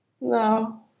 no